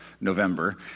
November